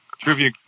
trivia